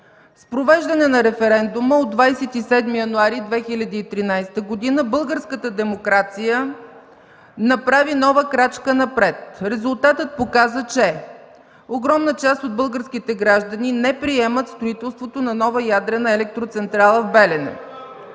„С провеждане на референдума от 27 януари 2013 г. българската демокрация направи нова крачка напред. Резултатът показа, че: - огромна част от българските граждани не приемат строителството на нова ядрена електроцентрала в Белене;